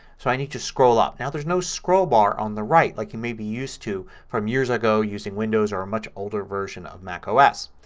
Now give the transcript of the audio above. so i need to scroll up. now there's no scroll bar on the right like you may be used to from years ago using windows or a much older version of mac os.